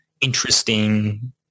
interesting